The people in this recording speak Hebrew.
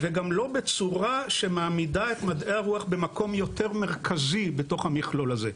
וגם לא בצורה שמעמידה את מדעי הרוח במקום יותר מרכזי בתוך המכלול הזה.